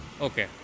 Okay